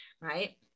Right